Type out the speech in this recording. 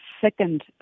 second